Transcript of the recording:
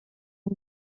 این